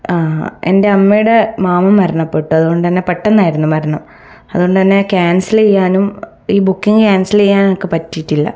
ആ എൻ്റെ അമ്മയുടെ മാമൻ മരണപ്പെട്ടു അതുകൊണ്ടു തന്നെ പെട്ടെന്നായിരുന്നു മരണം അതുകൊണ്ടു തന്നെ ക്യാൻസൽ ചെയ്യാനും ഈ ബുക്കിങ് ക്യാൻസൽ ചെയ്യാനൊക്കെ പറ്റിയിട്ടില്ല